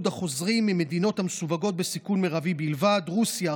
החוזרים ממדינות המסווגות בסיכון מרבי בלבד: רוסיה,